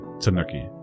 Tanuki